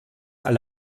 alle